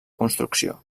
construcció